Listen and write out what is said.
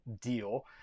deal